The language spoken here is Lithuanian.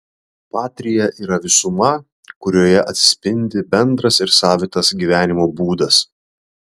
patria yra visuma kurioje atsispindi bendras ir savitas gyvenimo būdas